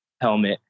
helmet